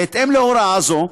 בהתאם להוראה זו,